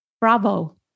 Bravo